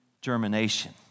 germination